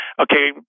okay